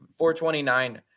429